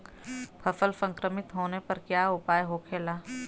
फसल संक्रमित होने पर क्या उपाय होखेला?